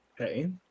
Okay